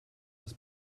das